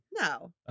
No